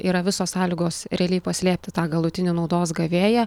yra visos sąlygos realiai paslėpti tą galutinį naudos gavėją